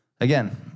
Again